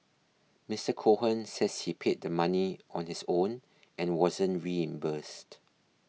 Mister Cohen says he paid the money on his own and wasn't reimbursed